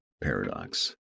paradox